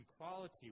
equality